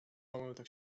mogę